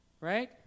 right